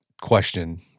question